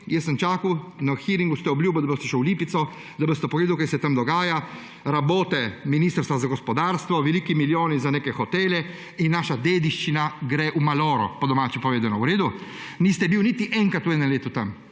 Sem čakal. Na hearingu ste obljubili, da boste šli v Lipico, da boste pogledali, kaj se tam dogaja. Rabote Ministerstva za gospodarstvo, veliki milijoni za neke hotele in naša dediščina gre v maloro, po domače povedano. V redu? Niste bili niti enkrat v enem letu tam,